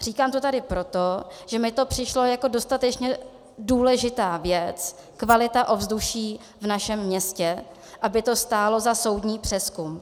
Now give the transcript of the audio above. Říkám to tady pro to, že mi to přišlo jako dostatečně důležitá věc, kvalita ovzduší v našem městě, aby to stálo za soudní přezkum.